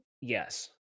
Yes